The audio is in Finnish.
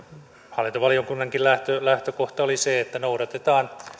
hallintovaliokunnankin lähtökohta oli se että noudatetaan